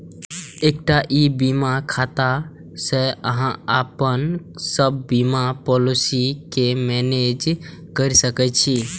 एकटा ई बीमा खाता सं अहां अपन सब बीमा पॉलिसी कें मैनेज कैर सकै छी